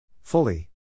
Fully